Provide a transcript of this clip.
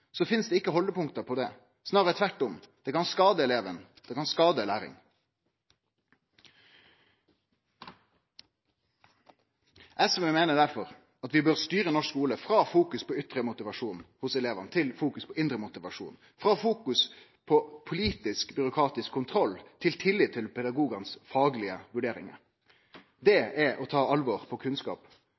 finst det ikkje haldepunkt på det, snarare tvert om, det kan skade eleven, det kan skade læring. SV meiner derfor at vi bør styre norsk skule frå fokus på ytre motivasjon hos elevane til fokus på indre motivasjon, frå fokus på politisk byråkratisk kontroll til tillit til pedagogane sine faglege vurderingar. Det er å ta kunnskap på